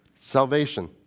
Salvation